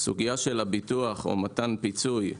הסוגיה של הביטוח או מתן פיצוי,